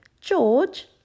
George